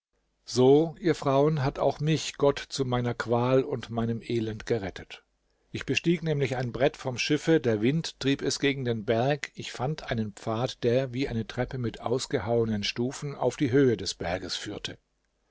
so ihr frauen hat auch mich gott zu meiner qual und meinem elend gerettet ich bestieg nämlich ein brett vom schiffe der wind trieb es gegen den berg ich fand einen pfad der wie eine treppe mit ausgehauenen stufen auf die höhe des berges führte